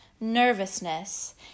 nervousness